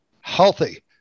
healthy